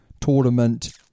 tournament